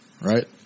right